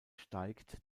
steigt